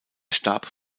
starb